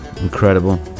incredible